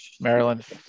Maryland